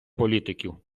політиків